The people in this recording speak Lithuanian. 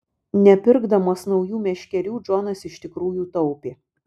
nepirkdamas naujų meškerių džonas iš tikrųjų taupė